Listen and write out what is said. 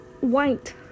White